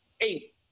eight